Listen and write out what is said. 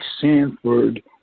Sanford